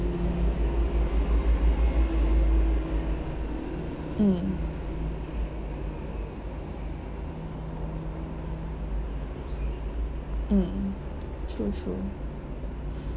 mm mm true true